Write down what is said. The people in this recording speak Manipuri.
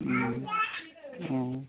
ꯎꯝ ꯑꯣ